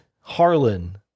Harlan